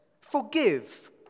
Forgive